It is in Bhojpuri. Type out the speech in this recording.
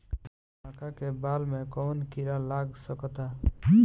मका के बाल में कवन किड़ा लाग सकता?